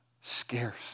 scarce